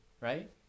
right